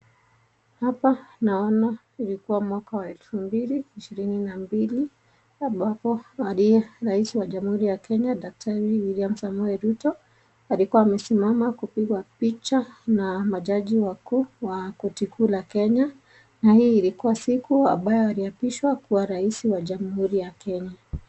Hapa naona ilikuwa mwaka wa 2022,ambapo aliye raisi wa jamuhuri ya Kenya daktari William Samoei Ruto, alikuwa amesimama kupigwa picha na majaji wakuu, wa koti kuu la Kenya, na hii ilikuwa siku ambayo aliapishwa kuwa raisi wa jamuhuri ya Kenya.